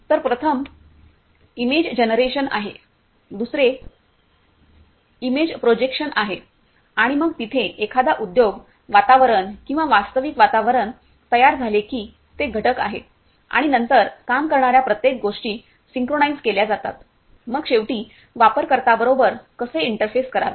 तर प्रथम image generation आहे दुसरे इमेज प्रोजेक्शन आहे आणि मग तिथे एकदा उद्योग वातावरण किंवा वास्तविक वातावरण तयार झाले की ते घटक आहे आणि नंतर काम करणार्या प्रत्येक गोष्टी सिंक्रोनाइझ केल्या जातात मग शेवटी वापर कर्ता बरोबर कसे इंटरफेस करावे